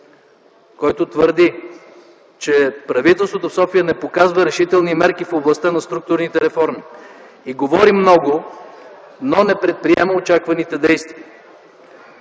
който твърди, че правителството в София не показва решителни мерки в областта на структурните реформи и говори много, но не предприема очакваните действия.